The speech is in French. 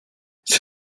ces